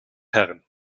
herren